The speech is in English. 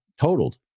totaled